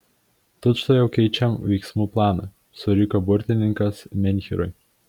tučtuojau keičiam veiksmų planą suriko burtininkas menhyrui